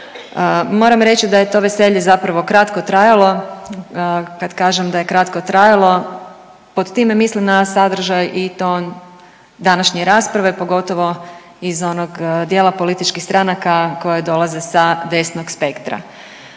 Moram reći da je to veselje zapravo kratko trajalo, kad kažem da je kratko trajalo pod time mislim na sadržaj i ton današnje rasprave, pogotovo iz onog dijela političkih stranaka koje dolaze sa desnog spektra.